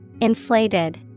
Inflated